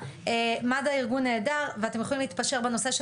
מד"א ארגון נהדר ואתם יכולים להתפשר בנושא של